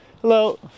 hello